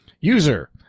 User